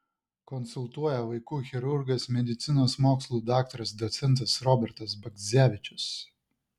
konsultuoja vaikų chirurgas medicinos mokslų daktaras docentas robertas bagdzevičius